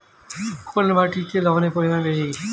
কোন মাটিতে লবণের পরিমাণ বেশি?